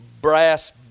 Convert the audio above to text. brass